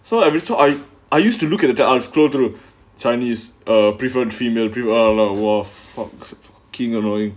so I time I I used to look at at the unscrew through chinese err prefer female trip ah leng wharf fuck fucking annoying